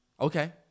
Okay